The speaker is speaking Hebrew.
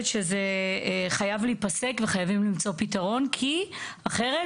שזה חייב להיפסק וחייבים למצוא פתרון כי אחרת,